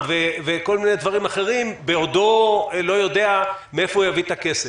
וכל מיני דברים בעודו לא יודע מאיפה הוא יביא את הכסף.